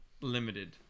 limited